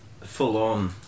full-on